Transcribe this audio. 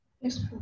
Yes